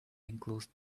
enclosed